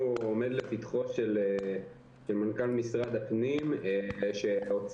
הנושא הזה עומד לפתחו של מנכ"ל משרד הפנים שהוציא